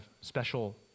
special